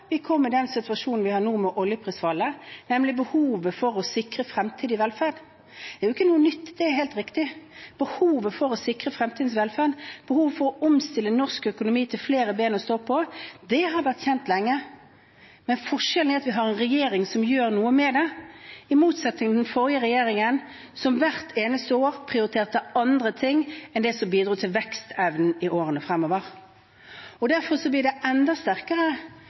vi kom i den situasjonen med oljeprisfallet vi er i nå, nemlig behovet for å sikre fremtidig velferd. Det er ikke noe nytt – det er helt riktig: Behovet for å sikre fremtidens velferd, behovet for å omstille norsk økonomi til å få flere ben å stå på har vært kjent lenge, men forskjellen er at vi har en regjering som gjør noe med det, i motsetning til den forrige regjeringen, som hvert eneste år prioriterte andre ting enn det som bidro til vekstevne i årene fremover. Derfor blir det enda sterkere